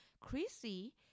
Chrissy